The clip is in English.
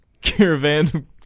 Caravan